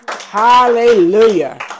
Hallelujah